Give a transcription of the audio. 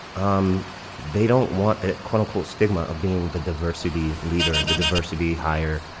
um they don't want the quote unquote, stigma of being the diversity leader, the diversity hire,